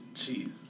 Jeez